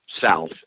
south